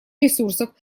ресурсов